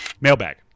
mailbag